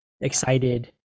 excited